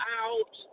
out